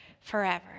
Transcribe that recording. forever